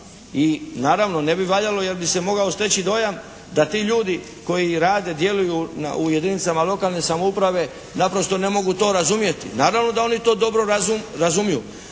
i naravno ne bi valjalo jer bi se mogao steći dojam da ti ljudi koji rade i djeluju u jedinicama lokalne samouprave naprosto ne mogu to razumjeti. Naravno da oni to dobro razumiju,